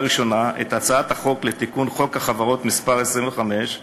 ראשונה את הצעת חוק החברות (תיקון מס' 25)